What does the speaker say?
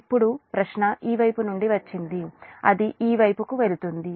ఇప్పుడు ప్రశ్న ఈ వైపు నుండి వచ్చింది అది ఈ వైపుకు వెళుతుంది